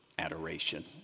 adoration